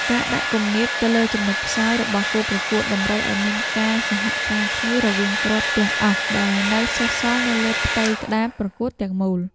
ការដាក់គំនាបទៅលើចំណុចខ្សោយរបស់គូប្រកួតតម្រូវឱ្យមានការសហការគ្នារវាងគ្រាប់ទាំងអស់ដែលនៅសេសសល់នៅលើផ្ទៃក្តារប្រកួតទាំងមូល។